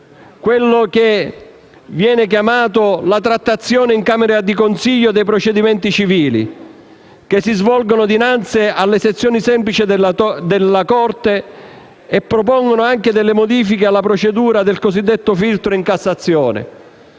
quella che viene chiamata la trattazione in camera di consiglio dei procedimenti civili, che si svolgono dinanzi alle sezioni semplici della Corte; e si propongono anche delle modifiche alla procedura del cosiddetto filtro in Cassazione.